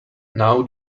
now